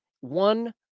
one